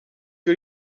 que